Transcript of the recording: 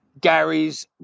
Gary's